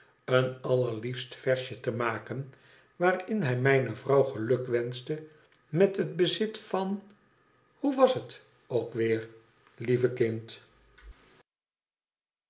een allerliefst versje te maken waarin hij dujne vrouw gelukwenschte met het bezit van hoe was het ook weer lieve kind